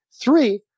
Three